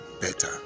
better